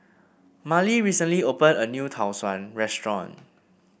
Marley recently opened a new Tau Suan restaurant